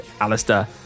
alistair